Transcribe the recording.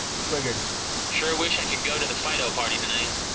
swigert sure wish i could go to the fido party tonight.